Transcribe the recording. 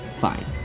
Fine